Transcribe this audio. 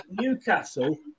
Newcastle